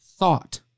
thought